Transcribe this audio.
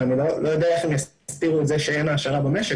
ואני לא יודע איך הם יסתירו את זה שאין העשרה במשק,